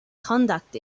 conduct